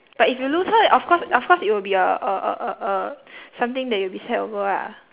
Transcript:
but if you lose her of course of course it will be a a a a a something that you will be sad over lah